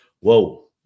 whoa